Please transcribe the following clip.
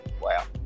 Wow